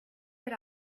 had